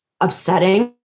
upsetting